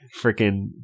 freaking